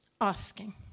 asking